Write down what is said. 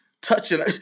touching